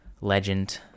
legend